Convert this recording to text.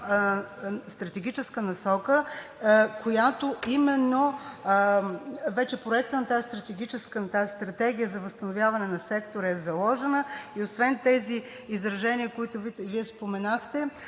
стратегическа насока, която именно вече в проекта на тази стратегия за възстановяване на сектора е заложена, и освен тези изражения, които Вие споменахте,